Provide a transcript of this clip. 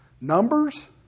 numbers